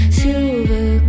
silver